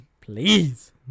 Please